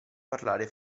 parlare